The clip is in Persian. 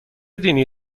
دینی